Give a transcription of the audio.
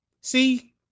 See